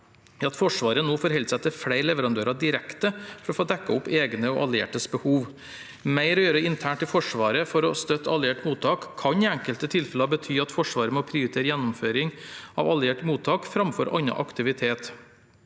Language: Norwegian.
at Forsvaret nå forholder seg til flere leverandører direkte for å få dekket opp egne og alliertes behov. Mer å gjøre internt i Forsvaret for å støtte alliert mottak kan i enkelte tilfeller bety at Forsvaret må prioritere gjennomføring av alliert mottak framfor annen aktivitet.